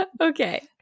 okay